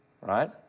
right